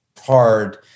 hard